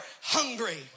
hungry